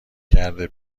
کرده